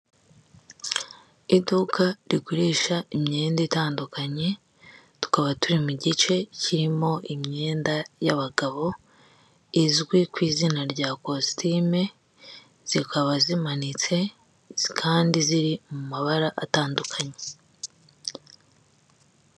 Iduka rigurisha imyenda itandukanye, tukaba turi mu gice kirimo imyenda y'abagabo, izwi ku izina rya kositime, zikaba zimanitse, kandi ziri mu mabara atandukanye.